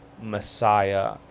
Messiah